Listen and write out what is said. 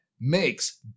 makes